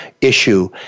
issue